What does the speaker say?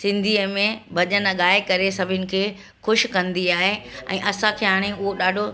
सिंधीअ में भॼनु गाए करे सभिनि खे ख़ुशि कंदी आहे ऐं असांखे हाणे उहो ॾाढो